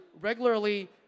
regularly